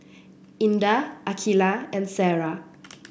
Indah Aqilah and Sarah